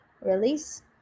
release